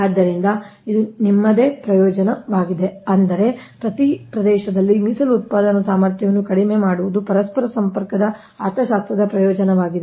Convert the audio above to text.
ಆದ್ದರಿಂದ ಇದು ನಿಮ್ಮದೇ ಪ್ರಯೋಜನವಾಗಿದೆ ಅಂದರೆ ಪ್ರತಿ ಪ್ರದೇಶದಲ್ಲಿ ಮೀಸಲು ಉತ್ಪಾದನಾ ಸಾಮರ್ಥ್ಯವನ್ನು ಕಡಿಮೆ ಮಾಡುವುದು ಪರಸ್ಪರ ಸಂಪರ್ಕದ ಅರ್ಥಶಾಸ್ತ್ರದ ಪ್ರಯೋಜನವಾಗಿದೆ